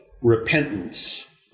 repentance